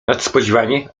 nadspodziewanie